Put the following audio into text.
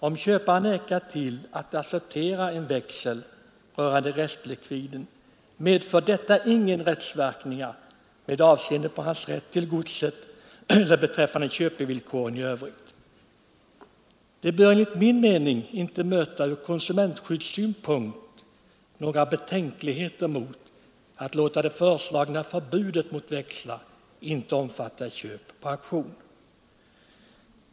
Om köparen vägrar att acceptera en växel rörande restlikvid, medför detta inga rättsverkningar med avseende på hans rätt till godset eller beträffande köpevillkoren i övrigt. Enligt min mening torde det ur konsumentskyddssynpunkt inte finnas några betänkligheter emot att inte låta det föreslagna förbudet mot växlar omfatta köp på auktion.